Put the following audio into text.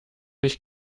ich